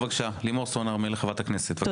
חברת הכנסת לימור סון הר מלך, בבקשה.